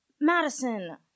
Madison